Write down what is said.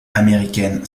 américaine